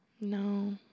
no